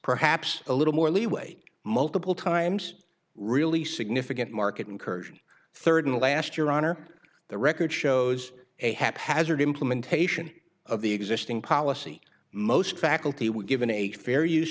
perhaps a little more leeway multiple times really significant market incursion third and last year honor the record shows a haphazard implementation of the existing policy most faculty were given a fair use